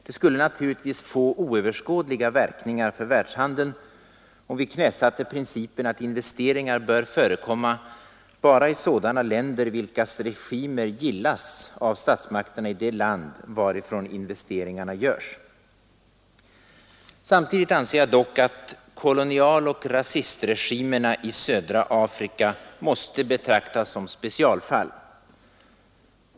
Det skulle få oöverskådliga verkningar för världshandeln, om vi knäsatte principen att investeringar bör förekomma bara i sådana länder vilkas regimer gillas av statsmakterna i det land varifrån investeringarna görs. Samtidigt anser jag dock att kolonialoch rasistregimerna i södra Afrika måste betraktas som specialfall.